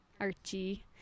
Archie